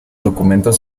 documentos